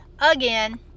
again